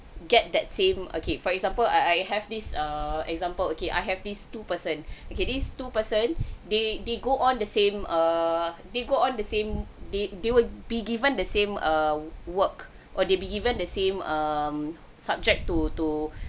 get that same okay for example I I have this err example okay I have these two person okay this two person they they go on the same err they go on the same they they were be given the same uh work or they be given the same um subject to to